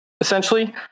essentially